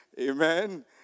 Amen